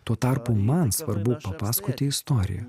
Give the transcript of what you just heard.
tuo tarpu man svarbu papasakoti istoriją